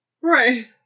Right